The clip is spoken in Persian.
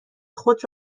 خود